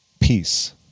peace